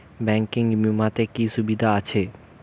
Banking বিমাতে কি কি সুবিধা আছে?